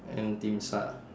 and dim sat